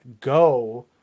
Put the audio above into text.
go